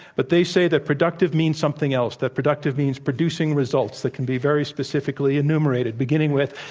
but they say that productive means something else that productive means producing results that can be very specifically enumerated beginning with,